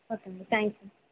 okay అండి thank you